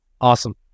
Awesome